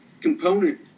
component